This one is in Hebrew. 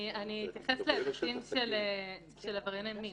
אבל אני כן אתייחס בהקשרים של עברייני מין